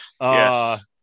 Yes